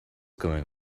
going